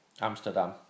Amsterdam